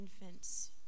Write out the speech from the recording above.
infants